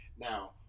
Now